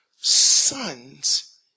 sons